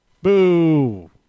boo